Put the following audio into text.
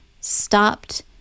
stopped